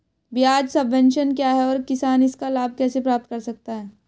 ब्याज सबवेंशन क्या है और किसान इसका लाभ कैसे प्राप्त कर सकता है?